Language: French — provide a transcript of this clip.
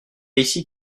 ici